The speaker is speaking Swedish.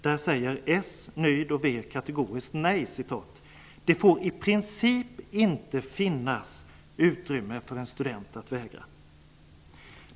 Där säger socialdemokrater, nydemokrater och vänsterpartister kategoriskt nej: ''Det får i princip inte finnas utrymme för en student att vägra --.''